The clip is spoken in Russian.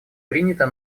принята